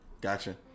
Gotcha